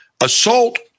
assault